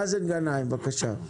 מאזן גנאים, בבקשה.